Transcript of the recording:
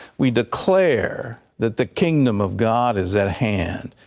we declare that the kingdom of god is at hand.